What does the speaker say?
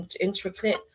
intricate